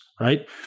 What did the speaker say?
right